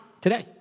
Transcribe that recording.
today